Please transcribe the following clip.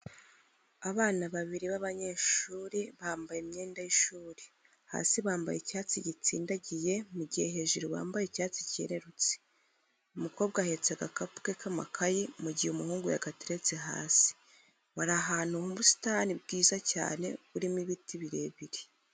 Abana babiri b'abanyeshuri bambaye imyenda y'ishuri; hasi bambaye icyatsi gitsindagiye mu gihe hejuru bambaye icyatsi cyerurutse. Umukobwa ahetse agakapu ke k'amakayi mu gihe umuhubgu yagateretse hasi. Bari ahantu mu busitani bwiza cyane burimo n'ibiti birebire.